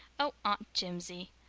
oh, aunt jimsie,